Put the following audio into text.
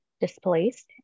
displaced